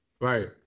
Right